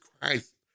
Christ